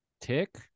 Tick